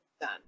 done